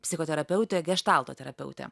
psichoterapeutė geštalto terapeutė